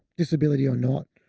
disability or not,